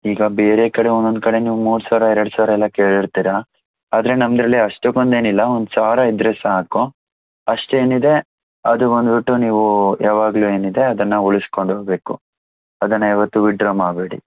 ಈಗ ಬೇರೆ ಕಡೆ ಒಂದೊಂದು ಕಡೆ ನೀವು ಮೂರು ಸಾವಿರ ಎರಡು ಸಾವಿರ ಎಲ್ಲ ಕೇಳಿರ್ತೀರಾ ಆದರೆ ನಮ್ಮದರಲ್ಲಿ ಅಷ್ಟೊಂದೇನಿಲ್ಲ ಒಂದು ಸಾವಿರ ಇದ್ದರೆ ಸಾಕು ಅಷ್ಟೇನಿದೆ ಅದು ಬಂದುಬಿಟ್ಟು ನೀವು ಯಾವಾಗಲೂ ಏನಿದೆ ಅದನ್ನು ಉಳಿಸಿಕೊಂಡು ಹೋಗಬೇಕು ಅದನ್ನು ಯಾವತ್ತೂ ವಿತ್ಡ್ರಾ ಮಾಡಬೇಡಿ